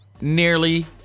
nearly